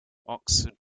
oxford